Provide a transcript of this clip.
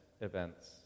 events